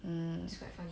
um hmm